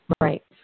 Right